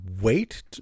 wait